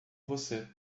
você